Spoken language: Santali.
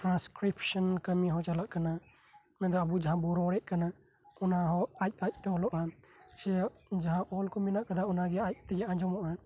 ᱴᱨᱟᱱᱥᱠᱨᱤᱯᱥᱚᱱ ᱠᱟᱢᱤ ᱦᱚᱸ ᱪᱟᱞᱟᱜ ᱠᱟᱱᱟ ᱚᱱᱟ ᱫᱚ ᱟᱵᱚ ᱡᱟᱦᱟᱸ ᱵᱚ ᱨᱚᱲᱮᱫ ᱠᱟᱱᱟ ᱚᱱᱟ ᱦᱚᱸ ᱟᱡᱼᱟᱡ ᱛᱮ ᱚᱞᱚᱜᱼᱟ ᱡᱟᱦᱟᱸ ᱚᱞ ᱠᱚ ᱢᱮᱱᱟᱜ ᱠᱟᱫᱟ ᱚᱱᱟᱜᱮ ᱟᱡ ᱛᱮᱜᱮ ᱟᱸᱡᱚᱢᱚᱜᱼᱟ